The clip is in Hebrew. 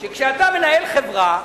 שכשאתה מנהל חברה,